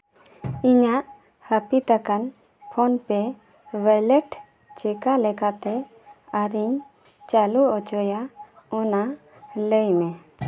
ᱤᱧᱟᱹᱜ ᱦᱟᱹᱯᱤᱫ ᱟᱠᱟᱱ ᱯᱷᱳᱱ ᱯᱮᱹ ᱚᱣᱟᱞᱮᱹᱴ ᱪᱮᱠᱟ ᱞᱮᱠᱟᱛᱮ ᱟᱨ ᱤᱧ ᱪᱟᱹᱞᱩ ᱚᱪᱚᱭᱟ ᱚᱱᱟ ᱞᱟᱹᱭ ᱢᱮ